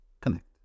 connect